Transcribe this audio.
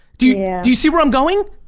do you do you see where i'm going?